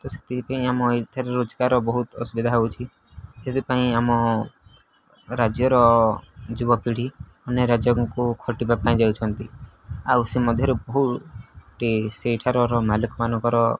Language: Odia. ତ ସେଥିପାଇଁ ଆମ ଏଠାରେ ରୋଜଗାର ବହୁତ ଅସୁବିଧା ହେଉଛି ସେଥିପାଇଁ ଆମ ରାଜ୍ୟର ଯୁବପିଢ଼ି ଅନେକ ରାଜ୍ୟଙ୍କୁ ଖଟିବା ପାଇଁ ଯାଉଛନ୍ତି ଆଉ ସେ ମଧ୍ୟରୁ ବହୁ ସେଇଠାର ମାଲିକ ମାନଙ୍କର